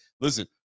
Listen